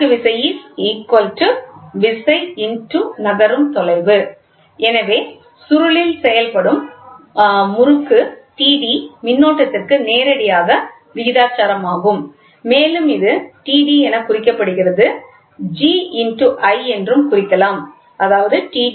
முறுக்கு விசை விசை x நகரும் தொலைவு எனவே சுருளில் செயல்படும் முறுக்கு Td மின்னோட்டத்திற்கு நேரடியாக விகிதாசாரமாகும் மேலும் இது Td என குறிக்கப்படுகிறது G × I என்றும் குறிக்கலாம் d G × I